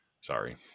Sorry